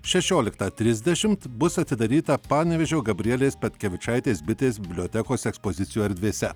šešioliktą trisdešimt bus atidaryta panevėžio gabrielės petkevičaitės bitės bibliotekos ekspozicijų erdvėse